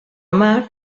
mar